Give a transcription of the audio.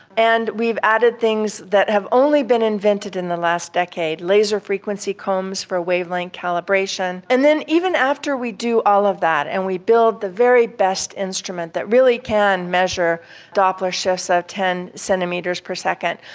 and we've added things that have only been invented in the last decade, laser frequency combs for wavelength calibration. and then even after we do all of that and we build the very best instrument that really can measure doppler shifts at ten centimetres per second,